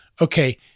okay